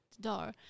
door